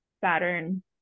Saturn